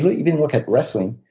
but even look at wrestling.